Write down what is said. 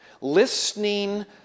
listening